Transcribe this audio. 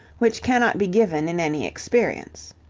which cannot be given in any experience.